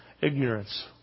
Ignorance